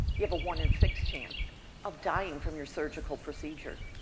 you've a one in six chance of dying from your surgical procedure.